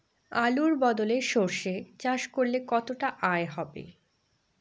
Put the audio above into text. আলুর বদলে সরষে চাষ করলে কতটা আয় হবে?